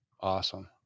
awesome